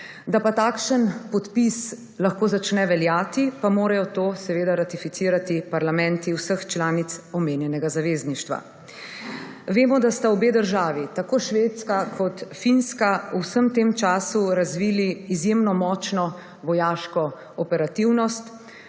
Da pa takšen podpis lahko začne veljati pa morajo to seveda ratificirati parlamenti vseh članic omenjenega zavezništva. Vemo, da sta obe državi tako Švedska kot Finska v vsem tem času razvili izjemno močno vojaško operativnost.